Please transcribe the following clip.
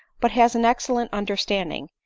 but has an excellent understanding,